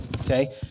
Okay